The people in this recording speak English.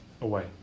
away